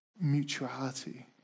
mutuality